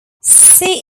see